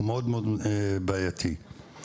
מאוד בעייתי.